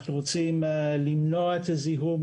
אנחנו רוצים למנוע את הזיהום,